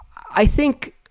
i think,